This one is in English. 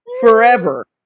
forever